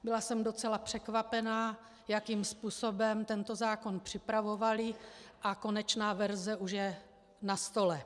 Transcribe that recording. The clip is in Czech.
Byla jsem docela překvapená, jakým způsobem tento zákon připravovali, a konečná verze už je na stole.